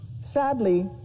Sadly